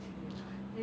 他成绩